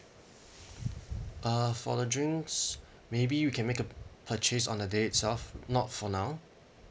uh for the drinks maybe we can make a purchase on a day itself not for now